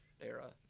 era